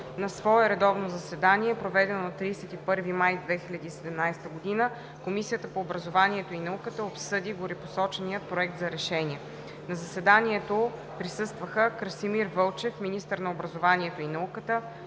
На свое редовно заседание, проведено на 31 май 2017 г., Комисията по образованието и науката обсъди горепосочения Проект за решение. На заседанието присъстваха: Красимир Вълчев –. министър на образованието и науката,